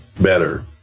better